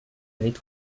d’aller